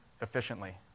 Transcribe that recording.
efficiently